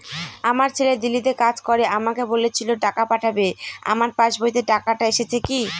আমার ছেলে দিল্লীতে কাজ করে আমাকে বলেছিল টাকা পাঠাবে আমার পাসবইতে টাকাটা এসেছে কি?